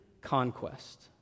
conquest